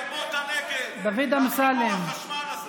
גנבו את הנגב בחיבור החשמל הזה.